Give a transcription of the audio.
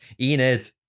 Enid